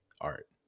art